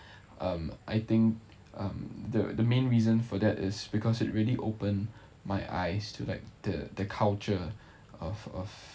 um I think um the the main reason for that is because it really opened my eyes to like the the culture of of